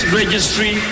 registry